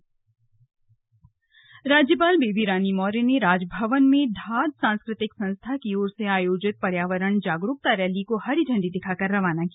slug राज्यपाल rally राज्यपाल बेबी रानी मौर्य ने राजभवन में धाद सांस्कृतिक संस्था की ओर से आयोजित पर्यावरण जागरूकता रैली को हरी झंडी दिखाकर रवाना किया